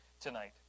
tonight